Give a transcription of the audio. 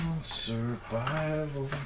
Survival